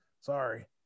Sorry